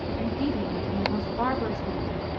and beating her in the most barbarous manner,